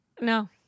no